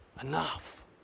enough